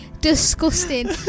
disgusting